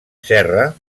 serra